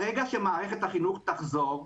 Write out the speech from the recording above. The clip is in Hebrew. ברגע שמערכת החינוך תחזור,